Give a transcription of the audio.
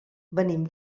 venim